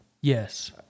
Yes